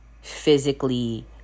physically